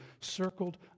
circled